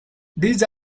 these